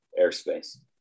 airspace